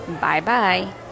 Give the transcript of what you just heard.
Bye-bye